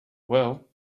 well